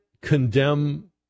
condemn